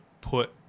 put